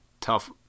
tough